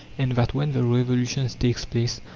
and that, when the revolution takes place,